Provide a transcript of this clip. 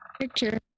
picture